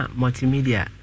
multimedia